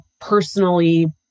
personally